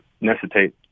necessitate